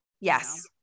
Yes